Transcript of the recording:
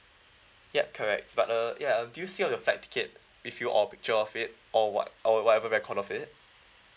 ya correct but uh ya do you still have the flight ticket with you or picture of it or what or whatever record of it